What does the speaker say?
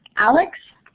alex